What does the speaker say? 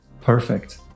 perfect